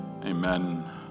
Amen